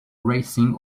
racing